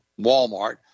Walmart